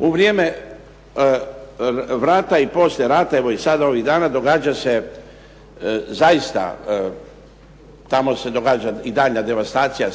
U vrijeme rata i poslije rata evo i sada ovih dana događa se zaista, tamo se događa i daljnja devastacija